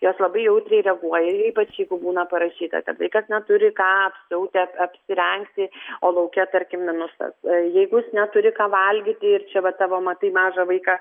jos labai jautriai reaguoja ir ypač jeigu būna parašyta kad vaikas neturi ką apsiauti ap apsirengti o lauke tarkim minusas jeigu jis neturi ką valgyti ir čia va tavo matai mažą vaiką